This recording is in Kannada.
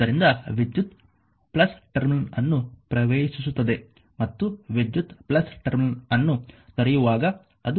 ಆದ್ದರಿಂದ ವಿದ್ಯುತ್ ಟರ್ಮಿನಲ್ ಅನ್ನು ಪ್ರವೇಶಿಸುತ್ತದೆ ಮತ್ತು ವಿದ್ಯುತ್ ಟರ್ಮಿನಲ್ ಅನ್ನು ತೊರೆಯುವಾಗ ಅದು ಟರ್ಮಿನಲ್ ಅನ್ನು ಬಿಡುತ್ತಿದೆ